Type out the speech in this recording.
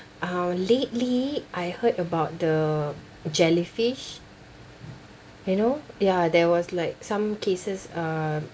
uh lately I heard about the jellyfish you know ya there was like some cases um